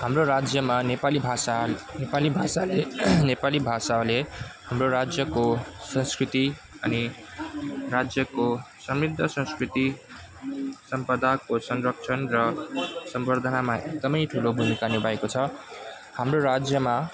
हाम्रो राज्यमा नेपाली भाषा नेपाली भाषाले नेपाली भाषाले हाम्रो राज्यको संस्कृति अनि राज्यको समृद्ध संस्कृति सम्पदाको संरक्षण र सम्बर्धनमा एकदम ठुलो भूमिका निभाएको छ हाम्रो राज्यमा